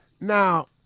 Now